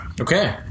Okay